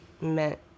meant